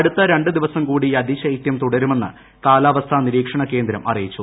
അടുത്ത രണ്ടു ദിവസം കൂടി അതിശൈത്യം തുടരുമെന്ന് കാലാവസ്ഥാ നിരീക്ഷണകേന്ദ്രം അറിയിച്ചു